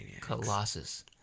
Colossus